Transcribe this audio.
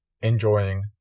enjoying